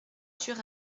sur